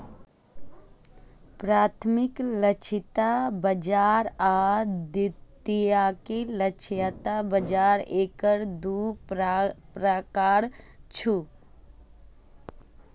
प्राथमिक लक्षित बाजार आ द्वितीयक लक्षित बाजार एकर दू प्रकार छियै